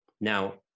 Now